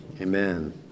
Amen